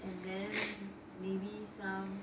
and then maybe some